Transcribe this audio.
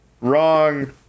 wrong